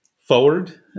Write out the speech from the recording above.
forward